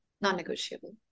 Non-negotiable